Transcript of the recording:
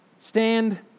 Stand